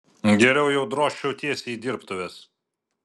geriau jau drožčiau tiesiai į dirbtuves